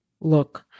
look